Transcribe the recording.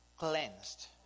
cleansed